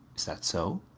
is that so?